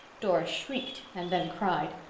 dora shrieked and then cried.